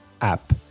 app